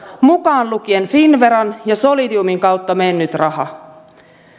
mukaan lukien finnveran ja solidiumin kautta mennyt raha